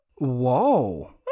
whoa